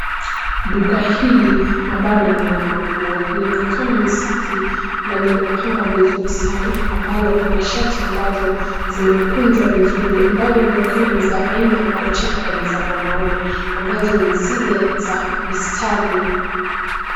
Duka hili ambalo ni la manguo linaonekana ni safi na limepangwa vizuri sana ambalo kuna shati ambazo zimekunjwa vizuri ambazo zaonekana ni za aina moja na ni za wanaume ambazo ni zile za mistari.